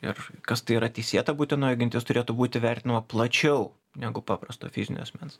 ir kas tai yra teisėta būtinoji gintis turėtų būti vertinama plačiau negu paprasto fizinio asmens